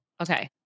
Okay